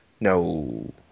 No